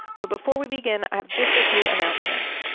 but before we begin i have just a few announcements.